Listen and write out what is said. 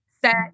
set